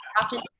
Often